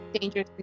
dangerous